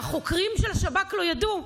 שהחוקרים של השב"כ לא ידעו.